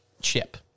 chip